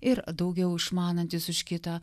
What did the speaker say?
ir daugiau išmanantis už kitą